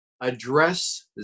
address